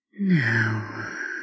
now